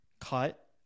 cut